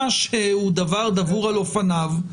מה שהוא דבר דבור על אופניו,